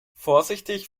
vorsichtig